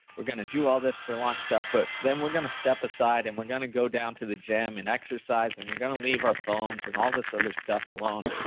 we're going to do all this for launch stuff, but then we're going to step aside and we're going to go down to the gym and exercise, and we're going to leave our phones and all this other stuff alone.